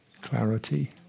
clarity